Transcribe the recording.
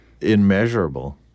immeasurable